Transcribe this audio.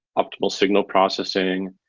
optimal signal processing,